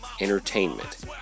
Entertainment